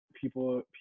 people